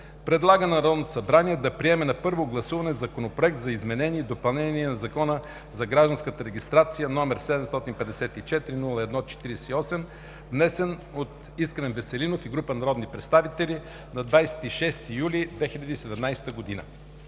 предлага на Народното събрание да приеме на първо гласуване Законопроект за изменение и допълнение на Закона за гражданската регистрация, № 754-01-48, внесен от Искрен Веселинов и група народни представители, на 26 юли 2017 г.“